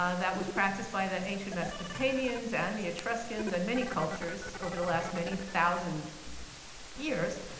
ah that was practiced by the ancient mesopotamians and the etruscans and many cultures over the last many thousand years.